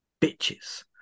bitches